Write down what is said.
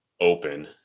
open